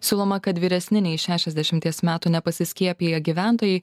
siūloma kad vyresni nei šešiasdešimties metų nepasiskiepiję gyventojai